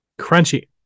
Crunchy